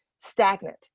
stagnant